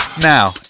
Now